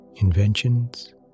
inventions